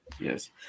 Yes